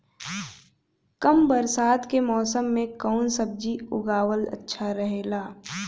कम बरसात के मौसम में कउन सब्जी उगावल अच्छा रहेला?